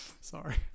Sorry